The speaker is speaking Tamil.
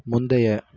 முந்தைய